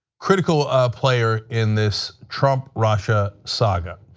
critical player in this trump, russia saga.